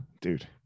dude